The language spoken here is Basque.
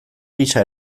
gisa